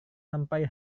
sampai